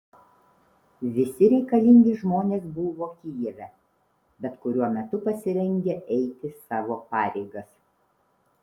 visi reikalingi žmonės buvo kijeve bet kuriuo metu pasirengę eiti savo pareigas